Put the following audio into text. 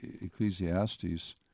Ecclesiastes